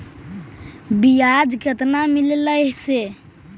बियाज केतना मिललय से?